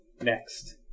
Next